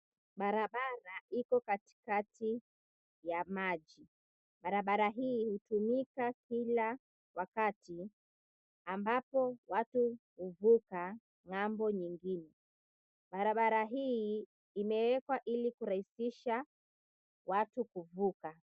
Barabara Iko katikati ya maji barabara hii hutumika kila wakati ambapo watu huvuka ng'ambo nyingine, barabara hii imewekwa ili kurahisisha watu kuvuka.